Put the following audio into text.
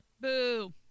Boo